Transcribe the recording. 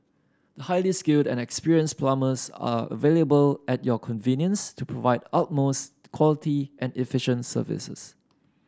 highly skilled and experienced plumbers are available at your convenience to provide utmost quality and efficient services